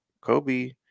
Kobe